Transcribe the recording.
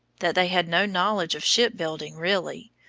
that they had no knowledge of shipbuilding really.